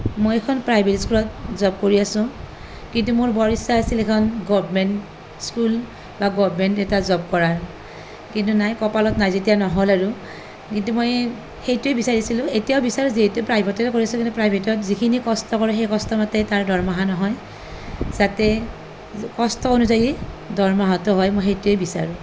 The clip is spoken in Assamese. মই এখন প্ৰাইভেট স্কুলত জব কৰি আছোঁ কিন্তু মোৰ বৰ ইচ্ছা আছিল এখন গভৰ্ণমেণ্ট স্কুল বা গভৰ্ণমেণ্ট এটা জব কৰাৰ কিন্তু নাই কপালত নাই যেতিয়া নহ'ল আৰু কিন্তু মই সেইটোৱে বিচাৰিছিলোঁ এতিয়াও বিচাৰোঁ যিহেটো প্ৰাইভেটত কৰি আছোঁ কিন্তু প্ৰাইভেটত যিখিনি কষ্ট কৰোঁ সেই কষ্ট মতে তাৰ দৰমহা নহয় যাতে কষ্ট অনুযায়ী দৰমহাটো হয় মই সেইটোৱে বিচাৰোঁ